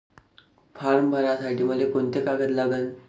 Form भरासाठी मले कोंते कागद लागन?